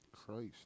Christ